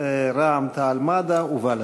רע"ם-תע"ל-מד"ע בל"ד.